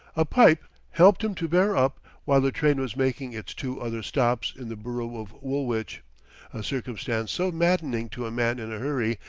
a pipe helped him to bear up while the train was making its two other stops in the borough of woolwich a circumstance so maddening to a man in a hurry,